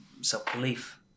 self-belief